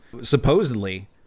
supposedly